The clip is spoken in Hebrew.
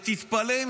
ותתפלא,